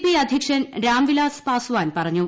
P അദ്ധ്യക്ഷൻ രാംവിലാസ് പസ്വാൻ പറഞ്ഞു